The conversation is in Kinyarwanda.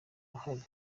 uruhare